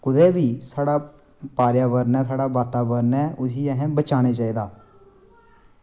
कुदै बी साढ़ा पर्यावरण ऐ साढ़ा वातावण ऐ उस्सी असें बचाना चाहिदा